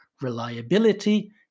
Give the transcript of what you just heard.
reliability